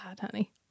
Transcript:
honey